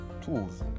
tools